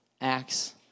acts